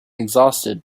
exhausted